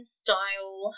style